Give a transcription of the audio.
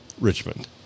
Richmond